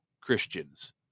Christians